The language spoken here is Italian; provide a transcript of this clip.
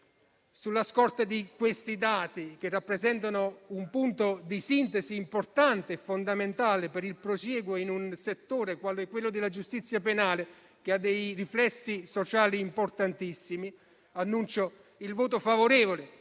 Sulla scorta di questi dati, che rappresentano un punto di sintesi fondamentale per il prosieguo in un settore quale quello della giustizia penale, che ha riflessi sociali importantissimi, annuncio il voto favorevole